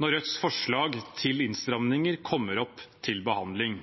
når Rødts forslag til innstramninger kommer opp til behandling.